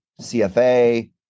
CFA